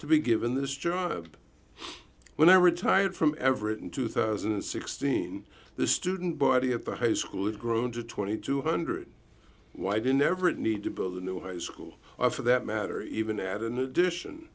to be given this job when i retired from everett in two thousand and sixteen the student body at the high school has grown to two thousand two hundred why did never it need to build a new high school or for that matter even add an addition